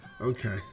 Okay